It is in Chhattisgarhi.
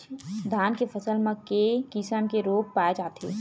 धान के फसल म के किसम के रोग पाय जाथे?